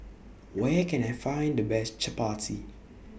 Where Can I Find The Best Chappati